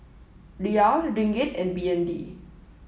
Riyal Ringgit and B N D